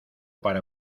para